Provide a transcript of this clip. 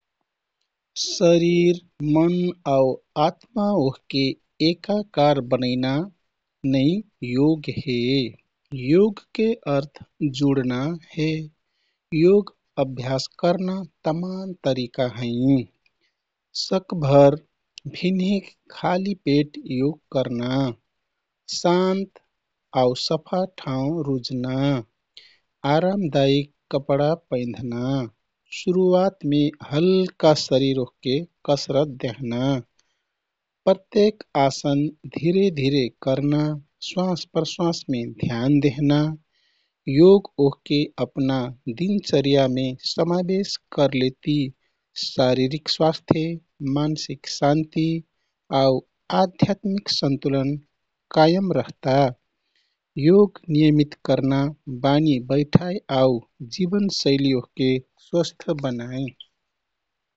शरीर मन, आउ आत्मा ओहके एकाकार बनैना नै योग हे। योगके अर्थ जुडना हे। योग अभ्यास करना तमान तरिका हैंः सकभर भिन्हिक खाली पेट योग करना, शान्त, आउ सफा ठाउँ रुज्ना, आरामदायिक कपडा पैधना, सुरूवातमे हल्का शरीर ओहके कसरत देहना, प्रत्येक आसन धिरे धिरे करना, श्वासप्रश्वासमे ध्यान देहना। योग ओहके अपना दिनचर्या मे समावेश करलेति शारीरिक स्वास्थ्य, मानसिक शान्ति आउ आध्यात्मिक सन्तुलन कायम रहता। योग नियमित करना बानी बैठाइ आउ जीवनशैली ओहके स्वस्थ बनाइ।